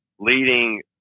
Leading